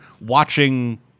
watching